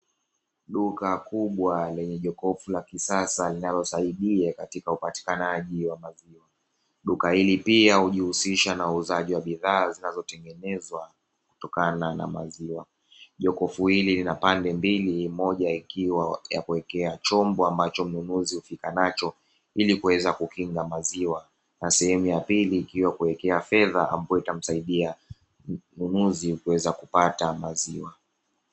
Duka kubwa lenye jokofu la kisasa linalosaidia katika upatikanaji wa maziwa. Duka hili pia hujihusisha na uuzaji wa bidhaa zinazotengenezwa kutokana na maziwa. Jokofu hili lina pande mbili moja ikiwa ya kuekea chombo ambacho mnunuzi hufika nacho ili kuweza kukinga maziwa na sehemu ya pili ikiwa kuwekea fedha ambayo itamsaidia mnunuzi kuweza kupata maziwa.